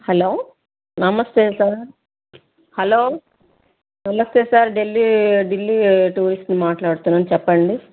hello నమస్తే sir hello నమస్తే sir Delhi Delhi టూరిస్ట్ని మాట్లాడుతున్న చెప్పండి